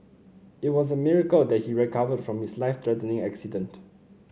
it was a miracle that he recovered from his life threatening accident